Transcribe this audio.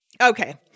Okay